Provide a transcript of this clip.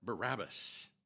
Barabbas